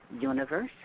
universe